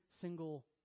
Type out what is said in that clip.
single